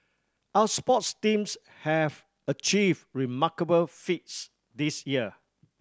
our sports teams have achieve remarkable feats this year